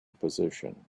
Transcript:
position